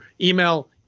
email